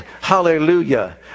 hallelujah